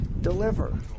deliver